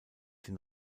den